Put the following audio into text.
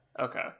Okay